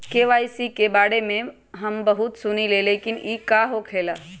KYC के बारे में हम बहुत सुनीले लेकिन इ का होखेला?